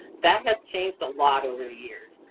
that has changed a lot over the years.